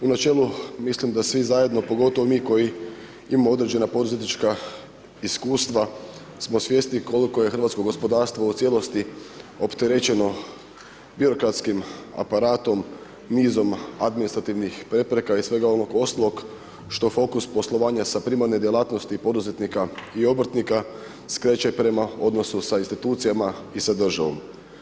U načelu mislim da svi zajedno, pogotovo mi koji imamo određena poduzetnička iskustva smo svjesni koliko je hrvatsko gospodarstvo u cijelosti opterećeno birokratskim aparatom, niz administrativnih prepreka i svega onog ostalog što fokus poslovanja sa primarne djelatnosti poduzetnika i obrtnika, skreće prema odnosu sa institucijama i sa državom.